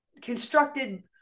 constructed